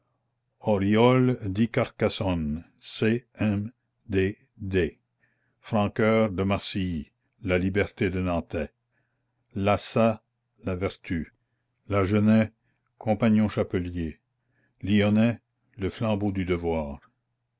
auriol dit carcassonne c m d d franccœur de marcilly la liberté le nantais lassat la vertu lagenais compagnon chapelier lyonnais le flambeau du devoir